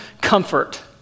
comfort